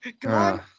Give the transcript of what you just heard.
God